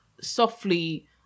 softly